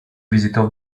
visitò